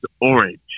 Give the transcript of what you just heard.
Orange